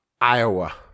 Iowa